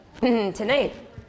tonight